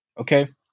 Okay